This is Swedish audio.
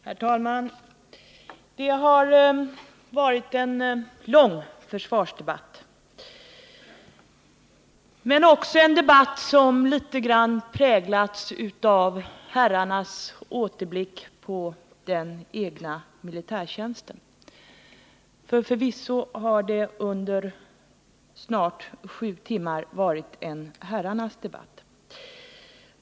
Herr talman! Det har varit en lång försvarsdebatt, men det har också varit en debatt som präglats av herrarnas återblickar på den egna militärtjänsten. Förvisso har det under snart sju timmar varit en herrarnas debatt!